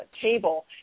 table